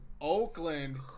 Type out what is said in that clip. Oakland